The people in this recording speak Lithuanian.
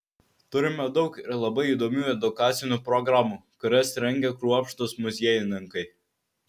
turime daug ir labai įdomių edukacinių programų kurias rengia kruopštūs muziejininkai